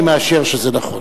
אני מאשר שזה נכון.